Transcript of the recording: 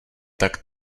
tak